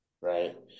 Right